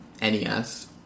NES